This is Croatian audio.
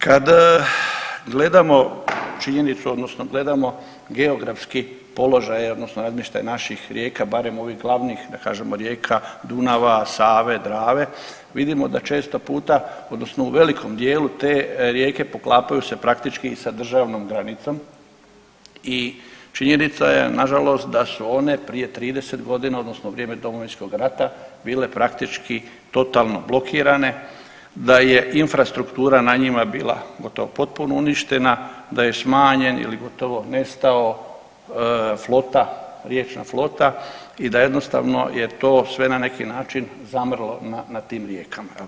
Kad gledamo činjenicu odnosno gledamo geografski položaj odnosno razmještaj naših rijeka barem ovih glavnih da kažemo rijeka Dunava, Save, Drave, vidimo da često puta odnosno u velikom dijelu te rijeke poklapaju se praktički i sa Državnom granicom i činjenica je nažalost da su one prije 30 godina odnosno u vrijeme Domovinskog rata bile praktički totalno blokirane, da je infrastruktura na njima bila gotovo potpuno uništena, da je smanjen ili gotovo nestao flota, riječna flota i da je jednostavno je to sve na neki način zamrlo na tim rijekama jel.